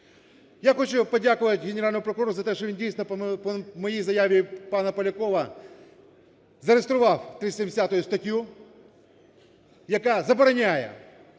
Я хочу подякувати Генеральному прокурору за те, що він дійсно по моїй заяві і пана Полякова зареєстрував 370 статтю, яка забороняє